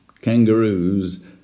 kangaroos